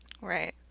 Right